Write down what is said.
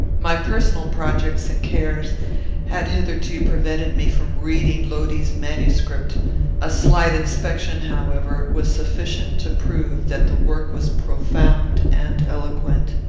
my personal projects and cares had hitherto prevented me from reading lodi's manuscript a slight inspection, however, was sufficient to prove that the work was profound and eloquent.